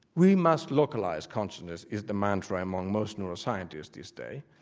we must localise consciousness is the mantra among most neuroscientists these days,